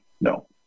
no